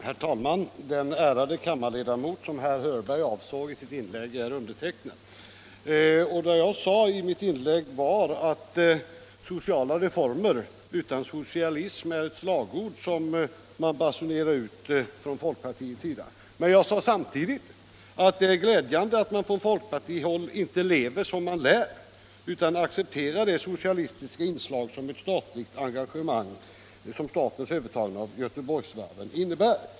Herr talman! Den ärade kammarledamot som herr Hörberg avsåg är jag. Jag sade att folkpartiet basunerar ut slagordet Sociala reformer utan socialism, men jag sade samtidigt att det är glädjande att folkpartiet inte lever som man lär, utan accepterar det socialistiska inslag som ett statligt engagemang i och med övertagandet av Göteborgsvarven innebär.